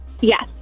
Yes